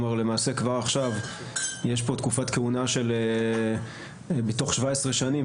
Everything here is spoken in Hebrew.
למעשה כבר עכשיו יש פה תקופת כהונה של מתוך 17 שנים,